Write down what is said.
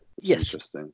Yes